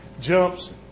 jumps